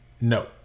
No